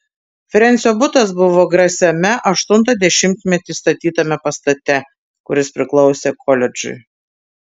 frensio butas buvo grasiame aštuntą dešimtmetį statytame pastate kuris priklausė koledžui